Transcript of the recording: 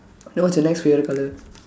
then what's your next favorite colour